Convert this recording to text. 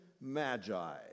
magi